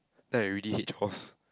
then I really hate chores